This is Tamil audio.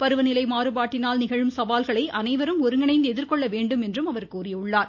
பருவநிலை மாறுபாட்டினால் நிகழும் சவால்களை அனைவரும் ஒருங்கிணைந்து எதிர்கொள்ள வேண்டும் என்றும் அவர் கூறியுள்ளார்